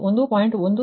102 ಆಗುತ್ತದೆ